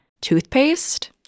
toothpaste